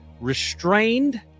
restrained